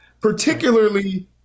particularly